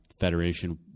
federation